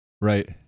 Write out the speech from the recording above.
Right